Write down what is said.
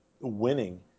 winning